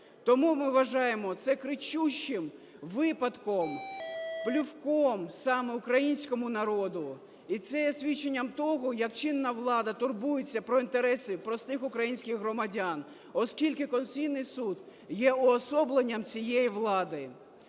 Тому ми вважаємо це кричущим випадком, плевком саме українському народу. І це є свідченням того, як чинна влада турбується про інтереси простих українських громадян, оскільки Конституційний Суд є уособленням цієї влади.